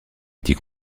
petit